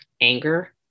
anger